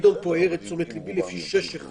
גדעון העיר את תשומת לבי, לפי 6(1)